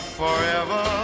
forever